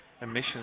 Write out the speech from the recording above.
emissions